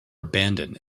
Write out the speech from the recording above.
abandoned